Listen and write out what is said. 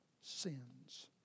sins